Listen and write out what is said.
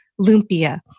Lumpia